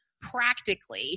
practically